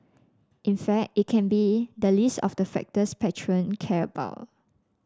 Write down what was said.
in fact it can be the least of the factors patron care about